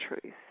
truth